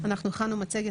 אנחנו הכנו מצגת,